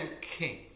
king